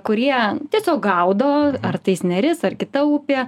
kurie tiesiog gaudo ar tais neris ar kita upė